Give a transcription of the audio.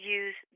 use